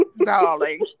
darling